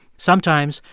sometimes,